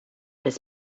his